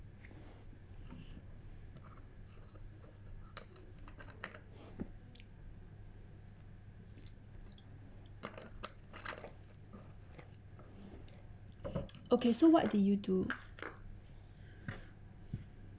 okay so what do you do